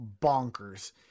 bonkers